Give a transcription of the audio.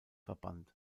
verband